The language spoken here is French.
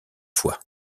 foi